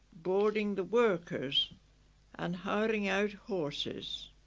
boarding the workers and hiring out horses